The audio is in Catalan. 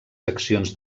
seccions